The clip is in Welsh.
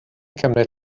cymryd